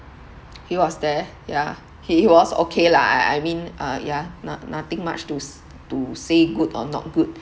he was there yeah he he was okay lah I I mean uh yeah no~ nothing much to s~ to say good or not good